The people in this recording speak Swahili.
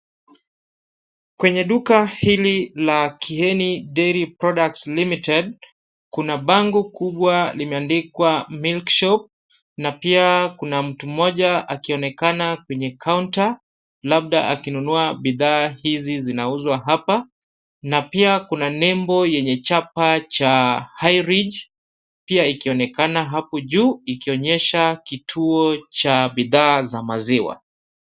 Kwenye duka hili la Kyeni Dairy Products Limited, kuna bango kubwa limeandikwa Milk Shop na pia kuna mtu mmoja akionekana kwenye counter labda akinunua bidhaa hizi zinauzwa hapa. Na pia kuna nembo yenye chapa cha High Ridge pia ikionekana hapo juu ikionyesha kituo cha bidhaa za maziwa.